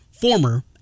former